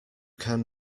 can